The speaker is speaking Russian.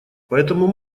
поэтому